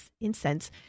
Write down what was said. incense